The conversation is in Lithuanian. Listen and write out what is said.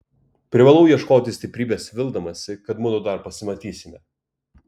privalau ieškoti stiprybės vildamasi kad mudu dar pasimatysime